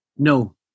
No